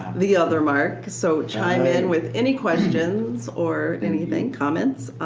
the other mark so chime in with any questions or anything, comments.